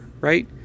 right